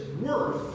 worth